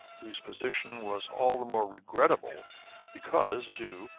whose position was all the more regrettable because due,